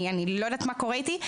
אני לא יודעת מה קורה איתי,